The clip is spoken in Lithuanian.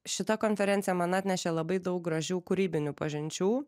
šita konferencija man atnešė labai daug gražių kūrybinių pažinčių